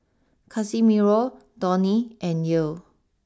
Casimiro Donny and Yael